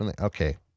Okay